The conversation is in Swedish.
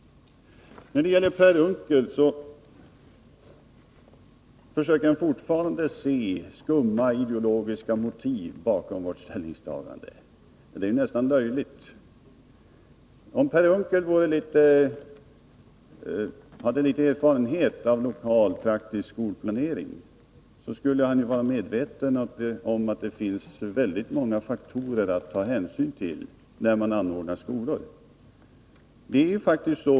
Per Unckel försöker fortfarande se skumma ideologiska motiv bakom vårt ställningstagande. Det är nästan löjligt. Om Per Unckel hade litet erfarenhet av lokal praktisk skolplanering skulle han vara medveten om att det finns många faktorer att ta hänsyn till när man anordnar skolor.